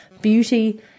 beauty